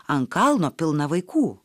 ant kalno pilna vaikų